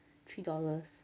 three dollars